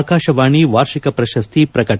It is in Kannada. ಆಕಾಶವಾಣಿ ವಾರ್ಷಿಕ ಪ್ರಶಸ್ತಿ ಪ್ರಕಟ